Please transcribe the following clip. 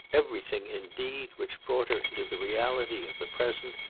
everything, indeed, which brought her into the reality of the present,